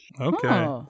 Okay